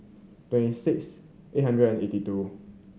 twenty six eight hundred and eighty two